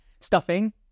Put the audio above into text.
Stuffing